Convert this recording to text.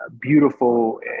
beautiful